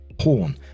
porn